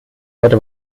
heute